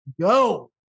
go